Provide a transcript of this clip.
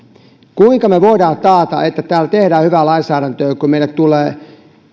kuinka me voimme taata että täällä tehdään hyvää lainsäädäntöä kun meille tulee